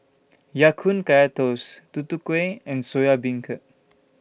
Ya Kun Kaya Toast Tutu Kueh and Soya Beancurd